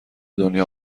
دنیا